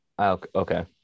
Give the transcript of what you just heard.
Okay